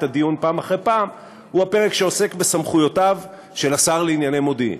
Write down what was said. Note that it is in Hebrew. הדיון פעם אחרי פעם הוא הפרק שעוסק בסמכויותיו של השר לענייני מודיעין,